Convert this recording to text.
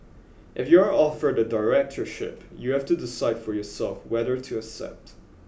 if you are offered a directorship you have to decide for yourself whether to accept